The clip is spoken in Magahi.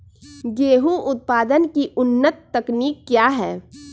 गेंहू उत्पादन की उन्नत तकनीक क्या है?